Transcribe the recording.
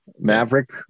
Maverick